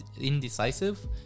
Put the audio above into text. indecisive